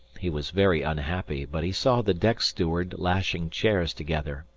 he was very unhappy but he saw the deck-steward lashing chairs together,